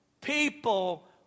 people